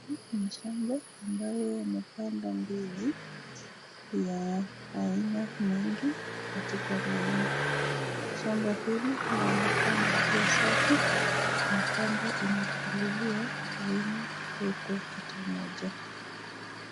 Huu ni shamba ambayo wamepanda ndizi ya aina mingi katika laini, shamba hili laonekana kuwa safi na kwamba imepaliliwa haina kwekwe hata moja.